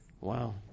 wow